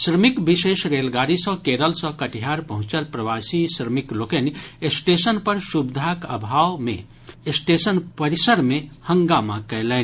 श्रमिक विशेष रेलगाडी सँ केरल सँ कटिहार पहुंचल प्रवासी श्रमिक लोकनि स्टेशन पर सुविधा सभक अभाव रहबाक आरोप मे स्टेशन परिसर मे हंगामा कयलनि